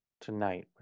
tonight